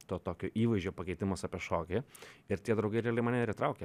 to tokio įvaizdžio pakeitimas apie šokį ir tie draugai realiai mane ir įtraukė